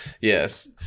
Yes